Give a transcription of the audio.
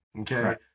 okay